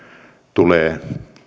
tulee